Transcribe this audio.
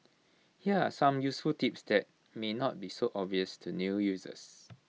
here are some useful tips that may not be so obvious to new users